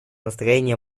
настроение